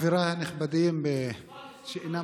חבריי הנכבדים שאינם,